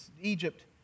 Egypt